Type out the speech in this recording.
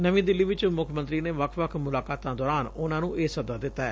ਨਵੀਂ ਦਿੱਲੀ ਵਿਚ ਮੁੱਖ ਮੰਤਰੀ ਨੇ ਵੱਖ ਮੁਲਾਕਾਤਾਂ ਦੌਰਾਨ ਉਨ੍ਹਾਂ ਨੂੰ ਇਹ ਸੱਦਾ ਦਿੱਤੈ